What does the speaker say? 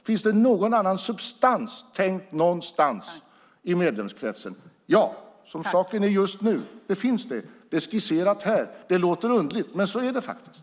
Finns det någon annan substans tänkt någonstans i medlemskretsen? Ja, som saken är just nu finns det. Det är skisserat här. Det låter underligt, men så är det faktiskt.